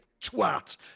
twat